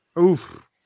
Oof